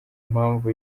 mpamvu